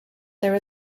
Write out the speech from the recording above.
there